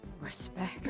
respect